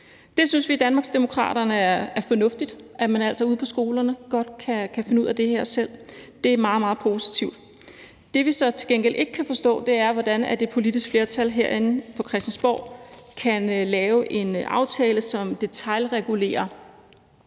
Det synes vi i Danmarksdemokraterne er fornuftigt, altså at man ude på skolerne godt finde ud af det her selv. Det er meget, meget positivt. Det, vi så til gengæld ikke kan forstå, er, hvordan et politisk flertal herinde på Christiansborg kan lave en aftale, som detailregulerer